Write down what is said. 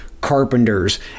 carpenters